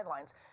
guidelines